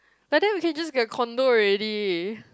by then we can just get condo already